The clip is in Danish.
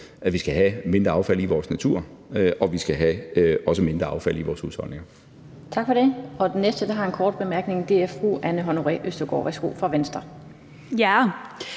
at vi skal have mindre affald i vores natur, og at vi også skal have mindre affald i vores husholdninger.